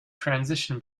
transition